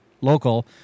local